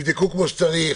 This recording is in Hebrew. יבדקו כמו שצריך.